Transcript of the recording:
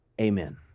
Amen